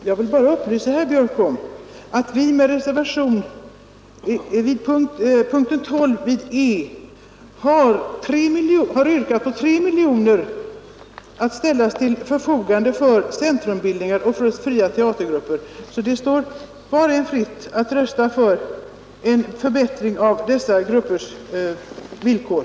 Herr talman! Jag vill bara upplysa herr Björk om att vi i reservationen E vid punkten 12 har yrkat på tre miljoner kronor utöver Kungl. Maj:ts förslag att ställas till förfogande för centrumbildningar och fria teatergrupper. Det står var och en fritt att rösta för en förbättring av dessa gruppers villkor.